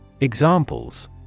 Examples